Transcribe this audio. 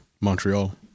Montreal